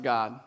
God